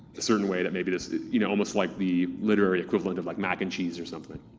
a certain way that maybe that's you know almost like the literary equivalent of like mac and cheese or something.